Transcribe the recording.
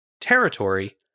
territory